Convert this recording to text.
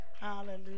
hallelujah